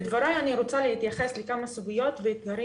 בדבריי אני רוצה להתייחס לכמה סוגיות ודברים